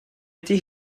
ydy